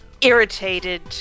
Irritated